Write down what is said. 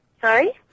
Sorry